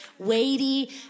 weighty